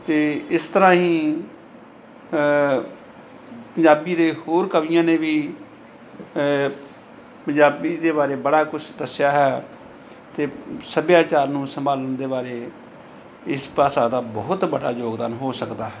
ਅਤੇ ਇਸ ਤਰ੍ਹਾਂ ਹੀ ਪੰਜਾਬੀ ਦੇ ਹੋਰ ਕਵੀਆਂ ਨੇ ਵੀ ਪੰਜਾਬੀ ਦੇ ਬਾਰੇ ਬੜਾ ਕੁਝ ਦੱਸਿਆ ਹੈ ਅਤੇ ਸੱਭਿਆਚਾਰ ਨੂੰ ਸੰਭਾਲਣ ਦੇ ਬਾਰੇ ਇਸ ਭਾਸ਼ਾ ਦਾ ਬਹੁਤ ਵੱਡਾ ਯੋਗਦਾਨ ਹੋ ਸਕਦਾ ਹੈ